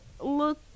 look